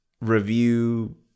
review